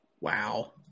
wow